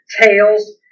Tails